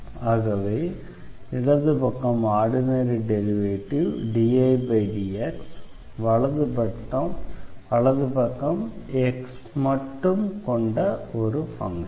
ஆகவே இடது பக்கம் ஆர்டினரி டெரிவேட்டிவ் dIdx வலது பக்கம் x மட்டும் கொண்ட ஃபங்ஷன்